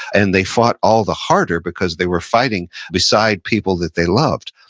and they fought all the harder because they were fighting beside people that they loved.